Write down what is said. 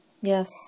Yes